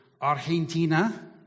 Argentina